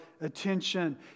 attention